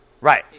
Right